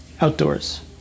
Outdoors